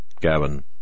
Gavin